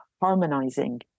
harmonizing